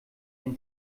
den